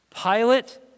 Pilate